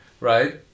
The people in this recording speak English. Right